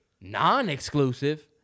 Non-exclusive